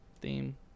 theme